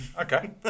Okay